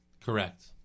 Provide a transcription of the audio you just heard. Correct